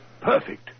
perfect